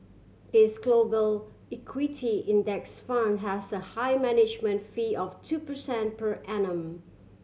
this Global Equity Index Fund has a high management fee of two percent per annum